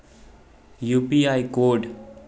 UPI कोई